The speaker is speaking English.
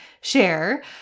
share